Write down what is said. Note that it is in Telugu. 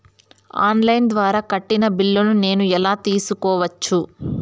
ఆన్ లైను ద్వారా కట్టిన బిల్లును నేను ఎలా తెలుసుకోవచ్చు?